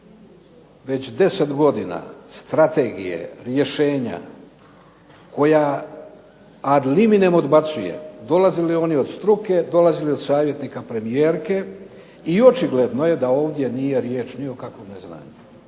već 10 godina strategije, rješenja koja ad limine odbacuje. Dolazili oni od struke, dolazili od savjetnika premijerke. I očigledno je da ovdje nije riječ ni o kakvom neznanju.